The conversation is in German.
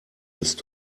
ist